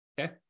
Okay